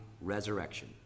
resurrection